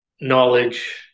knowledge